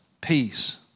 Peace